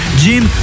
gym